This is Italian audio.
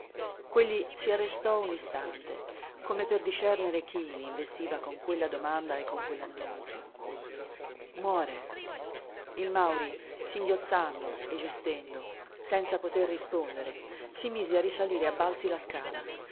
quegli si arrestò un istante come per discernere chi l'investiva con quella domanda e con quell'annunzio muore il mauri singhiozzando e gestendo senza poter rispordere si mise a risalire a balzi la scala